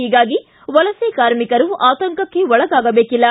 ಹೀಗಾಗಿ ವಲಸೆ ಕಾರ್ಮಿಕರು ಆತಂಕಕ್ಕೆ ಒಳಗಾಗಬೇಕಿಲ್ಲ